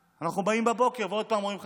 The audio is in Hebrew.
אנחנו באים בבוקר ועוד פעם רואים חד-פעמי.